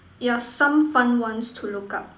yeah some fun ones to look up